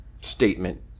statement